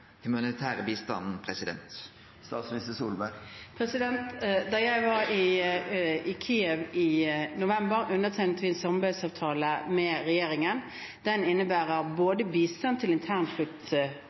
humanitære bistanden? Da jeg var i Kiev i november, undertegnet vi en samarbeidsavtale med regjeringen. Den innebærer bistand til